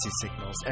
signals